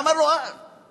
נתנו לו צ'פחה על העורף.